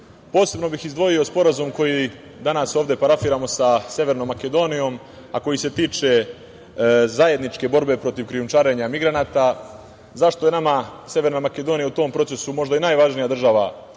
Srbije. Posebno bih izdvojio sporazum koji danas ovde parafiramo sa Severnom Makedonijom, a koji se tiče zajedničke borbe protiv krijumčarenja migranata, zašto je nama Severna Makedonija u tom procesu možda i najvažnija država